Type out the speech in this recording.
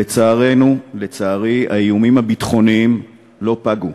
לצערנו ולצערי, האיומים הביטחוניים לא פגו,